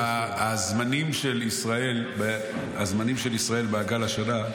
הזמנים של ישראל במעגל השנה,